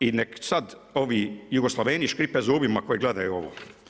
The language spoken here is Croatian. I nek' sad ovi Jugoslaveni škripe zubima koji gledaju ovo.